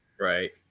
Right